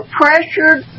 pressured